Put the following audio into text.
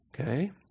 Okay